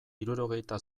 hirurogeita